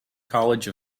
college